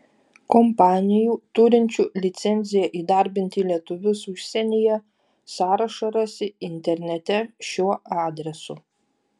kompanijų turinčių licenciją įdarbinti lietuvius užsienyje sąrašą rasi internete šiuo adresu